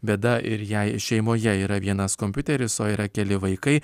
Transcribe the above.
bėda ir jei šeimoje yra vienas kompiuteris o yra keli vaikai